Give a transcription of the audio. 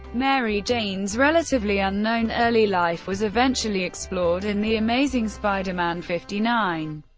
mary jane's relatively unknown early life was eventually explored in the amazing spider-man fifty nine.